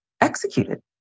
executed